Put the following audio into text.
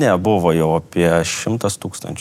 ne buvo jau apie šimtas tūkstančių